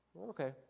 Okay